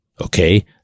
Okay